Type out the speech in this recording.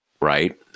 right